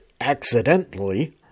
accidentally